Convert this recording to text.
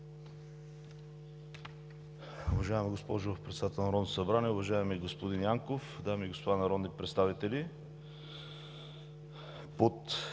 Уважаема госпожо Председател на Народното събрание, уважаеми господин Янков, дами и господа народни представители!